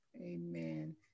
Amen